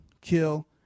kill